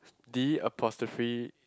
D apostrophe